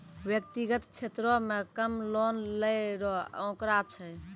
व्यक्तिगत क्षेत्रो म कम लोन लै रो आंकड़ा छै